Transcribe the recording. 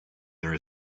there